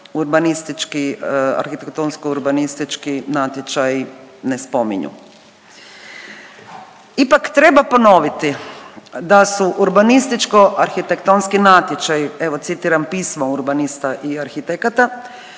arhitektonsko-urbanistički natječaji ne spominju. Ipak treba ponoviti da su urbanističko-arhitektonski natječaji, evo citiram pismo urbanista i arhitekata